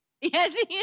Yes